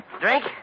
Drink